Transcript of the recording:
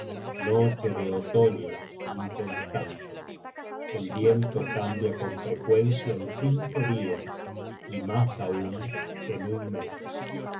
noche de otoño inconstante el viento cambia con frecuencia en cinco dias y mas aun en un mes